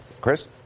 Chris